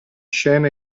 scena